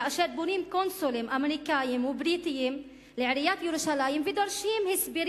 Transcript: כאשר פונים קונסולים אמריקנים ובריטים לעיריית ירושלים ודורשים הסברים